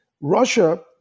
Russia